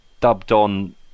dubbed-on